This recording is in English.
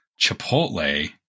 chipotle